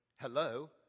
Hello